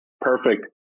Perfect